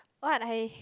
what I